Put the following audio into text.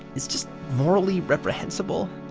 is just morally reprehensible.